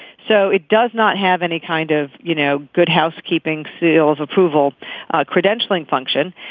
so it does not have any kind of you know good housekeeping seal of approval credentialing function.